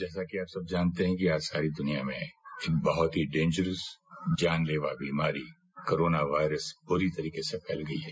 जैसा कि आप सब जानते है कि आज सारी दुनिया में बहुत ही डेनजर्स जान लेवा बीमारी कोरोना वायरस पूरी तरह से फैल गई है